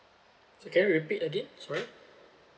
so~ can you repeat again sorry